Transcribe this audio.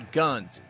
guns